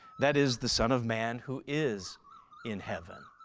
that is, the son of man who is in heaven.